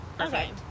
Okay